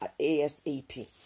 asap